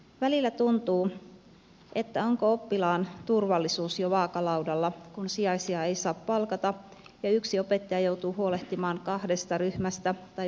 välillä tuntuu että onko oppilaan turvallisuus jo vaakalaudalla kun sijaisia ei saa palkata ja yksi opettaja joutuu huolehtimaan kahdesta ryhmästä tai ylisuurista ryhmistä